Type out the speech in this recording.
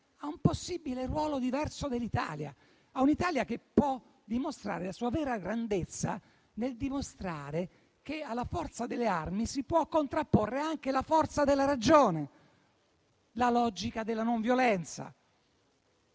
a un possibile ruolo diverso dell'Italia, a un'Italia che potrebbe dimostrare la sua vera grandezza mostrando che alla forza delle armi si può contrapporre anche quella della ragione e la logica della nonviolenza.